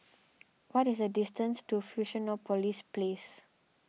what is the distance to Fusionopolis Place